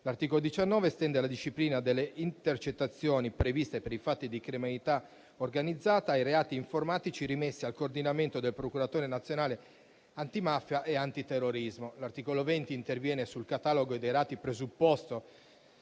L'articolo 19 estende la disciplina delle intercettazioni previste per i fatti di criminalità organizzata ai reati informatici rimessi al coordinamento del procuratore nazionale antimafia e antiterrorismo. L'articolo 20 interviene sul catalogo dei reati presupposto